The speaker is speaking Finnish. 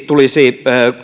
tulisi